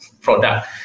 product